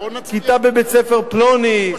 כיתה בבית-ספר פלוני,